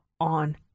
on